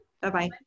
Bye-bye